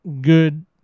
good